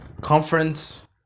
conference